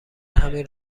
همین